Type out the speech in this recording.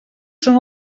són